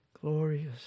glorious